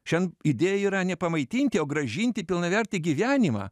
šian idėja yra nepamaitinti o grąžinti pilnavertį gyvenimą